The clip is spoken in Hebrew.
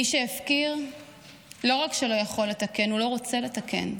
מי שהפקיר לא רק שלא יכול לתקן, הוא לא רוצה לתקן.